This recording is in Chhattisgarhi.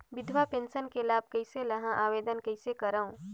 विधवा पेंशन के लाभ कइसे लहां? आवेदन कइसे करव?